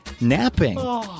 napping